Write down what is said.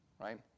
right